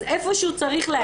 איפשהו צריך להגיד.